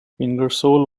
ingersoll